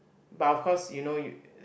but of course you know you